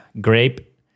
grape